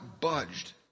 budged